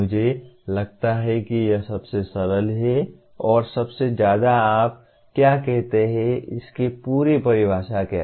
मुझे लगता है कि यह सबसे सरल है और सबसे ज्यादा आप क्या कहते हैं इसकी पूरी परिभाषा क्या है